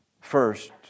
First